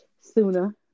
sooner